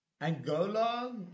Angola